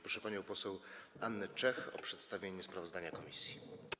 Proszę panią poseł Annę Czech o przedstawienie sprawozdania komisji.